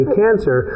cancer